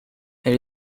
elle